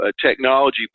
technology